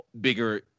Bigger